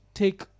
take